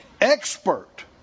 expert